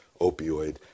opioid